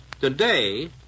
today